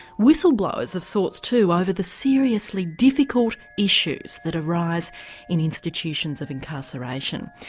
whistle blowers of sorts too over the seriously difficult issues that arise in institutions of incarceration.